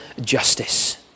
justice